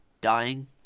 dying